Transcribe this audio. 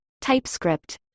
TypeScript